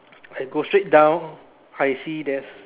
I go straight down I see there's